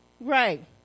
Right